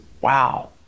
wow